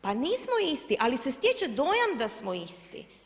Pa nismo isti ali se stječe dojam da smo isti.